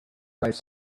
bright